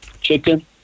chicken